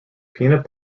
peanut